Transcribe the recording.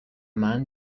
man